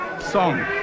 song